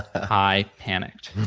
i panicked.